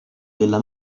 della